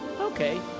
Okay